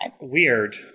Weird